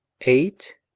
Eight